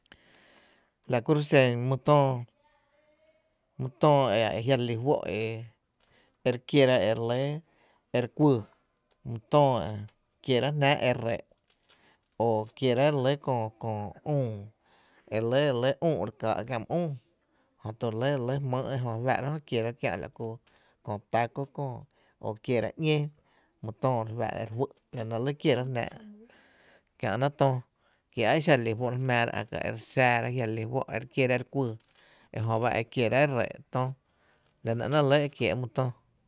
La kuro’ xen my töö, mý töö a jia’ re lí fó’ e re kiera e re kuýý, my töö kierá’ jnáá’ e ree’ o kierá’ re lɇ köö köö üü e re lɇ üu’ re ká’ kiä’ my üü, jö to re lɇ jmyý’ e jö re fáá’ra jö e kierá’ kiä’ la kö taco köö o kierá’ ´ñen my töö re fáá’ra e re juý’ la nɇ re lɇ kierá’ jnáá’ kiä’náá’ töö ki a exa re lí fó’ re jmⱥⱥra a ka e re xáára jia’ re lí fó’ e re kiera e re kuÿÿ e jöba e kieráá’ e ree’ töö la nɇ ‘néé’ re lɇ e kiee’ my töö.